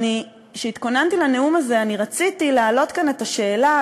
כשהתכוננתי לנאום הזה רציתי להעלות כאן את השאלה,